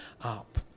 up